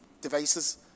devices